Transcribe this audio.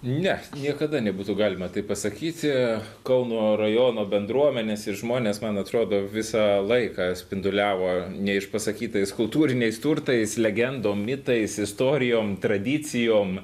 ne niekada nebūtų galima taip pasakyti kauno rajono bendruomenės ir žmonės man atrodo visą laiką spinduliavo neišpasakytais kultūriniais turtais legendom mitais istorijom tradicijom